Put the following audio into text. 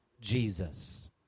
Jesus